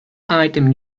item